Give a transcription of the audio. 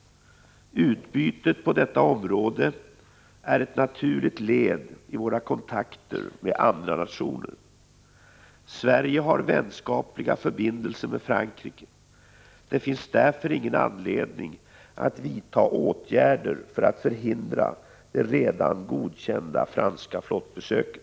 Utbytet på detta område är ett naturligt led i våra kontakter med andra nationer. Sverige har vänskapliga förbindelser med Frankrike. Det finns därför ingen anledning att vidta åtgärder för att förhindra det redan godkända franska flottbesöket.